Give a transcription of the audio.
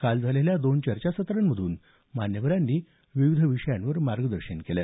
काल झालेल्या दोन चर्चासत्रांमधून मान्यवरांनी विविध विषयांवर मार्गदर्शन केलं